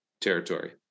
territory